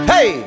Hey